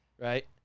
right